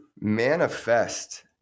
manifest